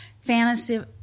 fantasy